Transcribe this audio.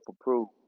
approved